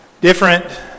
Different